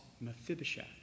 Mephibosheth